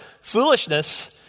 Foolishness